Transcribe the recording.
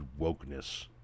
wokeness